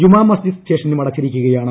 ജുമാ മസ്ജിദ് സ്റ്റേഷനും അടച്ചിരിക്കുകയാണ്